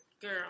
Girl